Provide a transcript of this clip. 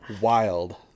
wild